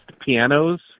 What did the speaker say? pianos